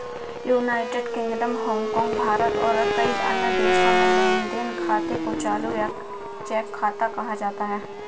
United Kingdom, Hong Kong, Bharat और कई अन्य देशों में लेन देन खाते को चालू या चेक खाता कहा जाता है